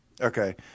Okay